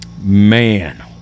Man